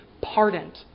pardoned